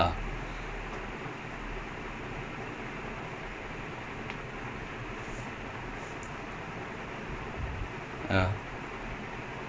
ya we are not obliged like contract எதுவும் இல்ல:ethuvum illa we are not obliged to we can't just tell them oh okay we can't let me just move on